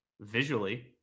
visually